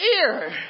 ear